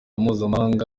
mpuzamahanga